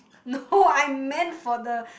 no I meant for the